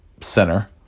center